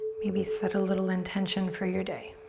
maybe set a little intention for your day.